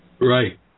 Right